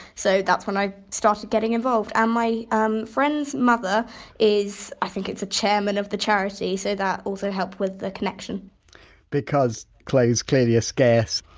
so that's when i started getting involved. and my um friend's mother is i think it's a chairman of the charity, so that also helped with the connection because clothes clearly are scarce!